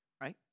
Right